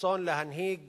רצון להנהיג